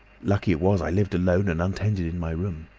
lucky it was i lived alone and untended in my room.